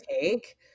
take